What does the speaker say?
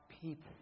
people